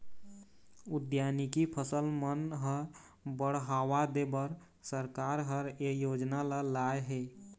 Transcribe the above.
उद्यानिकी फसल मन ह बड़हावा देबर सरकार ह ए योजना ल लाए हे